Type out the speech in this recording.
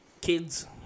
Kids